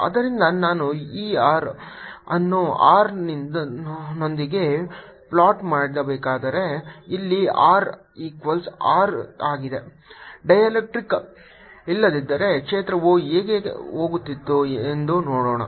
ಆದ್ದರಿಂದ ನಾನು E r ಅನ್ನು r ನೊಂದಿಗೆ ಪ್ಲ್ಯಾಟ್ ಮಾಡಬೇಕಾದರೆ ಇಲ್ಲಿ r ಈಕ್ವಲ್ಸ್ r ಆಗಿದೆ ಡೈಎಲೆಕ್ಟ್ರಿಕ್ಸ್ ಇಲ್ಲದಿದ್ದರೆ ಕ್ಷೇತ್ರವು ಹೀಗೆ ಹೋಗುತ್ತಿತ್ತು ಎಂದು ನೋಡೋಣ